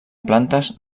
plantes